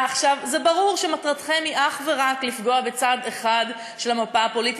ברור שמטרתכם היא אך ורק לפגוע בצד אחד של המפה הפוליטית,